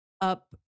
up